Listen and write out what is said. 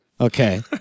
Okay